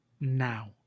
now